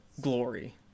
glory